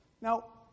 Now